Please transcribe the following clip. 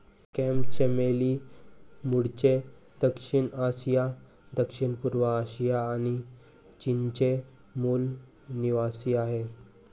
crepe चमेली मूळचे दक्षिण आशिया, दक्षिणपूर्व आशिया आणि चीनचे मूल निवासीआहे